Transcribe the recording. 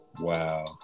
wow